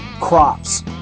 crops